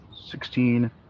Sixteen